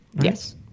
Yes